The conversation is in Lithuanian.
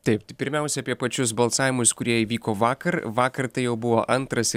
taip pirmiausia apie pačius balsavimus kurie įvyko vakar vakar tai jau buvo antras